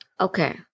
Okay